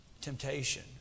Temptation